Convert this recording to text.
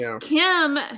Kim